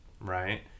Right